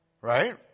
Right